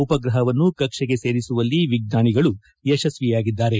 ಉಪ ಗ್ರಹವನ್ನು ಕಕ್ಷೆಗೆ ಸೇರಿಸುವಲ್ಲಿ ವಿಜ್ಞಾನಿಗಳು ಯಶಸ್ವಿಯಾಗಿದ್ದಾರೆ